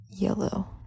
yellow